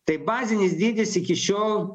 tai bazinis dydis iki šiol